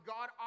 God